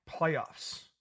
playoffs